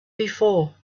before